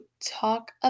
talk